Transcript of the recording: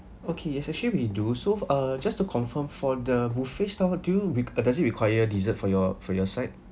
okay yes actually we do so uh just to confirm for the buffet style do you req~ does it require dessert for your for your side